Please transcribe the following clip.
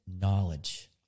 knowledge